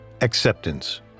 acceptance